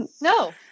No